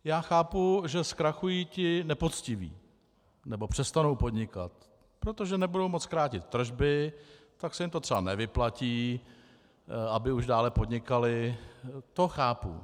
Já chápu, že zkrachují ti nepoctiví nebo přestanou podnikat, protože nebudou moci krátit tržby, tak se jim to třeba nevyplatí, aby už dále podnikali, to chápu.